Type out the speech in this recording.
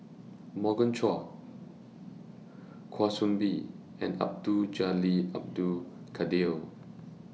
Morgan Chua Kwa Soon Bee and Abdul Jalil Abdul Kadir